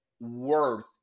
worth